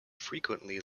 frequently